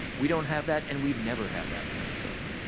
we don't have that and we've never had that in minnesota.